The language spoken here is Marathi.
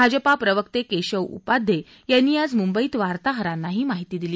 भाजपा प्रवक्ते केशव उपाध्ये यांनी आज मुंबईत वार्ताहरांना ही माहिती दिली